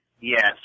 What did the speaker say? yes